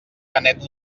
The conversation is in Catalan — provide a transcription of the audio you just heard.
canet